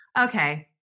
Okay